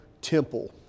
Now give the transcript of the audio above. temple